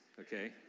okay